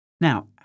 Now